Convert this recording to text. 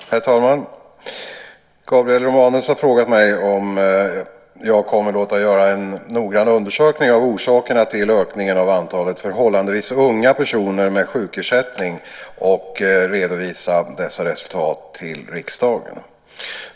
Herr talman! Gabriel Romanus har frågat mig om jag kommer att låta göra en noggrann undersökning av orsakerna till ökningen av antalet förhållandevis unga personer med sjukersättning och redovisa resultatet till riksdagen.